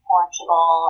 Portugal